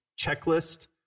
checklist